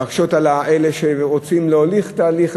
להקשות על אלה שרוצים להוליך תהליך,